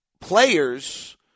players